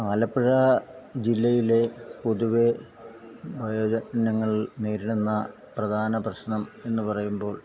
ആലപ്പുഴ ജില്ലയിലെ പൊതുവെ വയോജനങ്ങൾ നേരിടുന്ന പ്രധാന പ്രശ്നം എന്നുപറയുമ്പോൾ